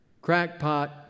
crackpot